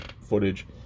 footage